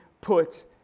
put